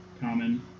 common